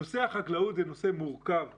נושא החקלאות זה נושא מורכב מאוד,